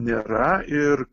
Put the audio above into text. nėra ir